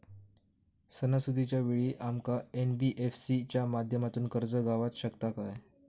सणासुदीच्या वेळा आमका एन.बी.एफ.सी च्या माध्यमातून कर्ज गावात शकता काय?